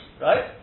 Right